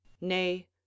nay